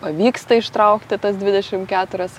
pavyksta ištraukti tas dvidešim keturias